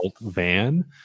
van